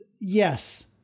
Yes